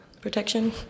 protection